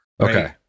okay